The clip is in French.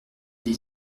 les